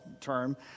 term